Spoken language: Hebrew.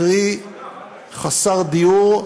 קרי חסר דיור,